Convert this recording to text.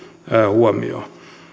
huomioon